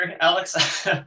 alex